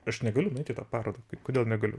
aš negaliu nueit į tą parodą kodėl negaliu